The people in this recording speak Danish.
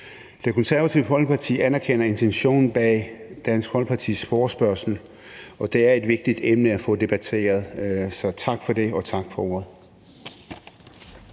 Det Konservative Folkeparti anerkender intentionen bag Dansk Folkepartis forespørgsel, og det er et vigtigt emne at få debatteret, så tak for det. Tak for ordet.